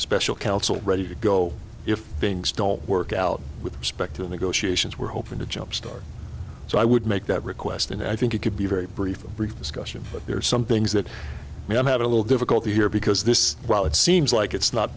special counsel ready to go if things don't work out with respect to negotiations we're hoping to jump start so i would make that request and i think it could be very brief a brief discussion but there are some things that we have had a little difficulty here because this while it seems like it's not